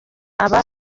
aba